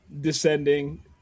descending